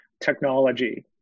technology